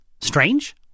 Strange